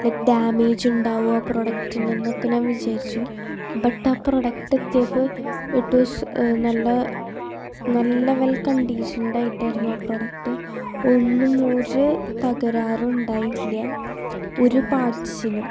like damage ഉണ്ടാവുമോ ആ പ്രൊഡക്ടിന് എന്നൊക്കെ ഞാൻ വിചാരിച്ചു ബട്ട് ആ പ്രോഡക്ട് എത്തിയപ്പോൾ ഇറ്റ് വാസ് നല്ല നല്ല വെൽ കണ്ടീഷൻഡ് ആയിട്ടായിരുന്നു ആ പ്രോഡക്ട് ഒന്നും ഒരു തകരാറും ഉണ്ടായിരുന്നില്ല ഒരു പാർട്സിനും